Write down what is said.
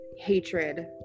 hatred